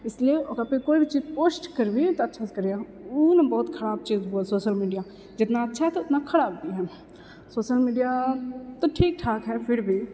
इसलिए ओकरा पर कोइ भी चीज पोस्ट करबीही तऽ अच्छासँ करिओ ओ बहुत खराब चीज सोशल मीडिया जितना अच्छा है तऽ ओतना खराब भी है सोशल मीडिया तऽ ठीक ठाक है फिरभी